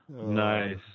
Nice